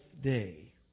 day